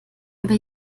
über